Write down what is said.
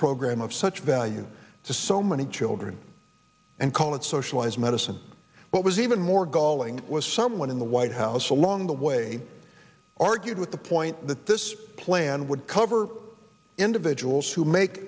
program of such value to so many children and call it socialized medicine what was even more galling was someone in the white house along the way argued with the point that this plan would cover individuals who make